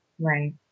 Right